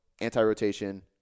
anti-rotation